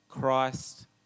Christ